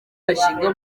bashyirwa